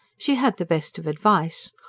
she had the best of advice.